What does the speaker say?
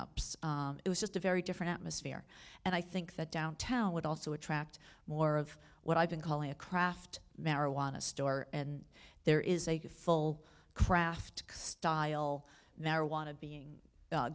ups it was just a very different atmosphere and i think that downtown would also attract more of what i've been calling a craft marijuana store and there is a full craft style marijuana being